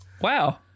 Wow